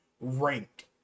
ranked